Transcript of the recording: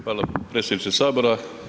Hvala predsjedniče Sabora.